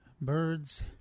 birds